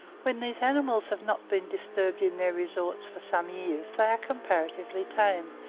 when these animals have not been disturbed in their resorts for some years they are comparatively tame,